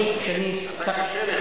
יושב-ראש ליושבת-ראש.